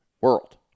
world